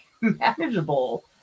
manageable